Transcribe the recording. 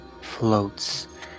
floats